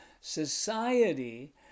society